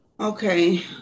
Okay